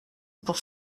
pour